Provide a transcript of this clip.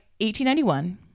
1891